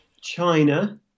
China